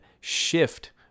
shift